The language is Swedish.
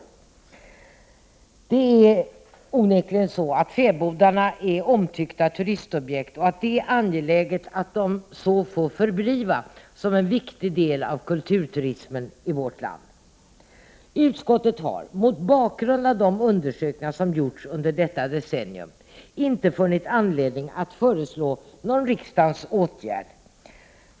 Fäbodarna är onekligen omtyckta turistobjekt, och det är angeläget att de så får förbli som en viktig del av kulturturismen i vårt land. Utskottet har mot bakgrund av de undersökningar som gjorts under detta decennium inte funnit anledning att föreslå någon riksdagens åtgärd.